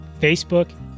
Facebook